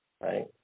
right